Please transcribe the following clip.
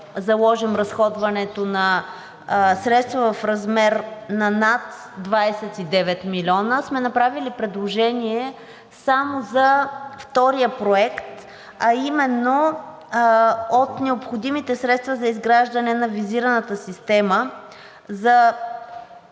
да заложим разходването на средства в размер на над 29 милиона, сме направили предложение само за втория проект, а именно: необходимите средства за изграждане на визираната система за